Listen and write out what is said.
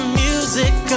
music